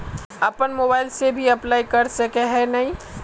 अपन मोबाईल से भी अप्लाई कर सके है नय?